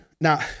Now